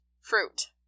fruit